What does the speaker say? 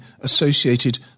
associated